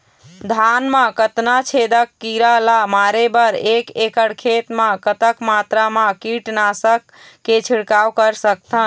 धान मा कतना छेदक कीरा ला मारे बर एक एकड़ खेत मा कतक मात्रा मा कीट नासक के छिड़काव कर सकथन?